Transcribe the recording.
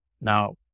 Now